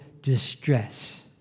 distress